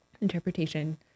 interpretation